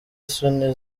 isoni